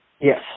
Yes